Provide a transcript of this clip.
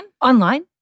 Online